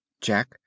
Jack